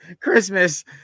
Christmas